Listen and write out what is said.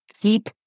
keep